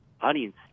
audience